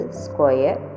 square